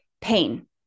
pain